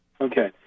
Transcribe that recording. Okay